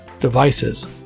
devices